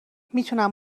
میتونم